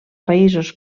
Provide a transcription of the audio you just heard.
països